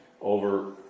over